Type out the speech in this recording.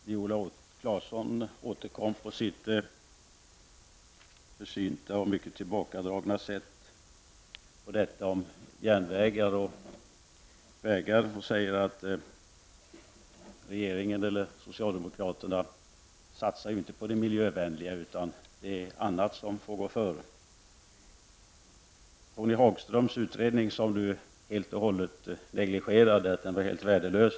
Herr talman! Viola Claesson återkom på sitt försynta och tillbakadragna sätt till frågan om järnvägar resp. vägar. Hon sade att regeringen och socialdemokraterna inte satsade på miljövänliga färdmedel utan att annat fick gå före. Tony Hagströms utredning negligerade hon helt och hållet därför att hon ansåg den värdelös.